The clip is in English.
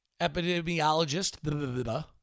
epidemiologist